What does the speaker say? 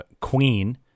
Queen